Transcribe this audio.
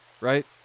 right